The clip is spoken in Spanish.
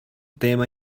tema